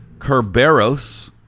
Kerberos